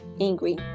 angry